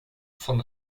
von